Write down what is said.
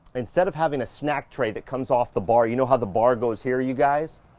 instead of having a snack tray that comes off the bar, you know how the bar goes here, you guys,